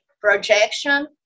projection